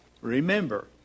Remember